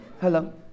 Hello